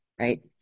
right